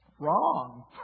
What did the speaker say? wrong